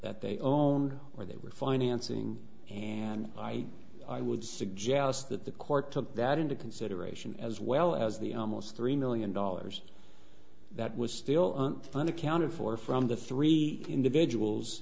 that they own where they were financing and i would suggest that the court took that into consideration as well as the almost three million dollars that was still unaccounted for from the three individuals